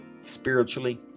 Spiritually